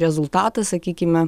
rezultatą sakykime